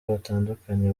batandukanye